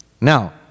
Now